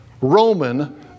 Roman